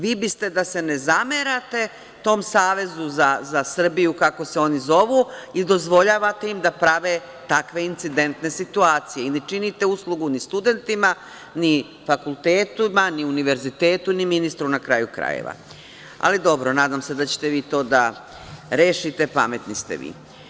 Vi biste da se ne zamerate tom Savezu za Srbiju, kako se oni zovu, i dozvoljavate im da prave takve incidentne situacije i ne činite uslugu ni studentima, ni fakultetima, ni Univerzitetu, ni ministru na kraju krajeva, ali dobro, nadam se da ćete vi to da rešite, pametni ste vi.